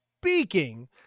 speaking